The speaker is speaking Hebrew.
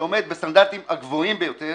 שעומד בסטנדרטים הגבוהים ביותר,